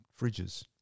fridges